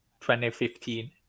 2015